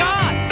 God